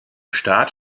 start